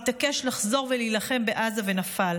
התעקש לחזור ולהילחם בעזה ונפל.